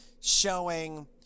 showing